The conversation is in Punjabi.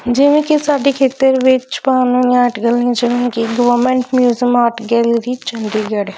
ਜਿਵੇਂ ਕਿ ਸਾਡੇ ਖੇਤਰ ਵਿੱਚ ਛਪਾਉਣ ਵਾਲੀਆਂ ਆਰਟ ਗੈਲਰੀ ਚਲੀਆਂ ਕਿ government museum art gallery Chandigarh